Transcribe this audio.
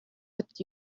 with